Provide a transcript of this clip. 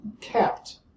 kept